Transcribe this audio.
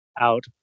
out